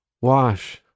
wash